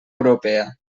europea